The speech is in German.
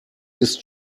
ist